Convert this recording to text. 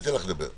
אתן לך לדבר.